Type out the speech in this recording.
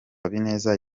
habineza